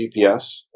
GPS